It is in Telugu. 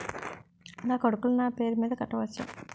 నా కొడుకులు నా పేరి మీద కట్ట వచ్చా?